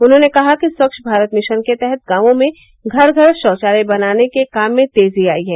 उन्होंने कहा कि स्वच्छ भारत मिशन के तहत गांवों में घर घर शौचालय बनाने के काम में तेजी आई है